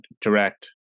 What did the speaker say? direct